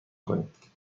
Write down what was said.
کنید